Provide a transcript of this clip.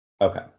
Okay